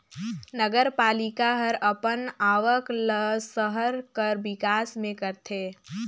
नगरपालिका हर अपन आवक ल सहर कर बिकास में करथे